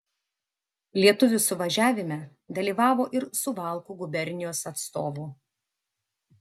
lietuvių suvažiavime dalyvavo ir suvalkų gubernijos atstovų